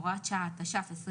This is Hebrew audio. הוראת שעה התש"ף-2020,